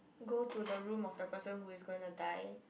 go to the room of the person who is going to die